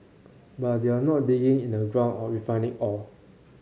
but they're not digging in the ground or refining ore